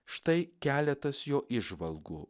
štai keletas jo įžvalgų